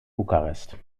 bukarest